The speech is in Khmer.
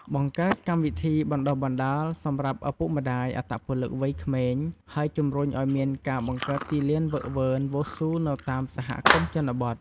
បង្កើតកម្មវិធីបណ្ដុះបណ្ដាលសម្រាប់ឪពុកម្ដាយអត្តពលិកវ័យក្មេង ហើយជំរុញឲ្យមានការបង្កើតទីលានហ្វឹកហ្វឺនវ៉ូស៊ូនៅតាមសហគមន៍ជនបទ។